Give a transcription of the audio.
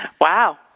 Wow